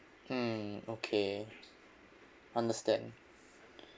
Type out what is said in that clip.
hmm okay understand